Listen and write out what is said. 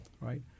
right